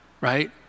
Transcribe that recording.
right